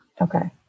Okay